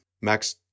Max